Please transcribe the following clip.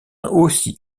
aussi